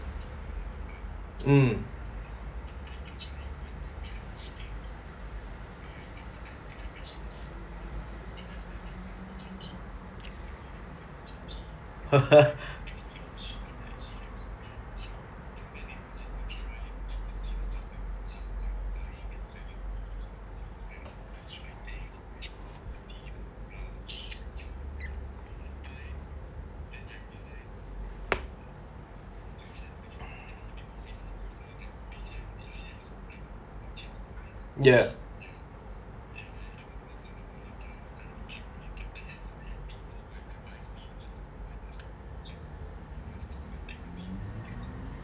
mm yup